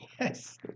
Yes